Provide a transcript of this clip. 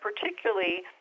particularly